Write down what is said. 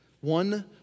one